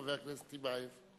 חבר הכנסת טיבייב.